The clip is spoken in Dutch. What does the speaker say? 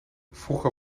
vroeger